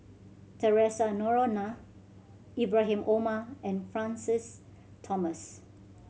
Theresa Noronha Ibrahim Omar and Francis Thomas